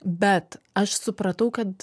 bet aš supratau kad